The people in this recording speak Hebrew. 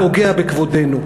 פוגע בכבודנו.